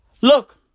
Look